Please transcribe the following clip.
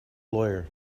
lawyer